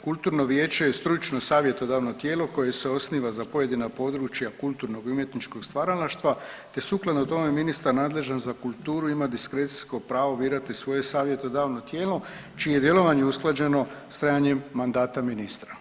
Kulturno vijeće je stručno savjetodavno tijelo koje se osniva za pojedina područja kulturnog i umjetničkog stvaralaštva te sukladno tome ministar nadležan za kulturu ima diskrecijsko pravo birati svoje savjetodavno tijelo čije je djelovanje usklađeno sa trajanjem mandata ministra.